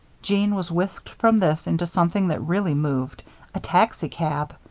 jeanne was whisked from this into something that really moved a taxicab.